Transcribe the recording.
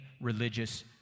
religious